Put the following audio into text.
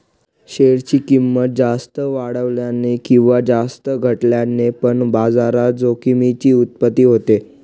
share ची किंमत जास्त वाढल्याने किंवा जास्त घटल्याने पण बाजार जोखमीची उत्पत्ती होते